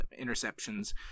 Interceptions